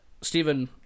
Stephen